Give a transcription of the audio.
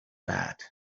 bed